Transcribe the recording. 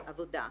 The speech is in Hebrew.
העבודה.